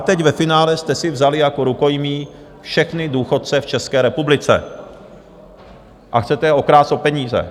Teď ve finále jste si vzali jako rukojmí všechny důchodce v České republice a chcete je okrást o peníze.